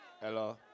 Hello